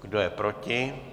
Kdo je proti?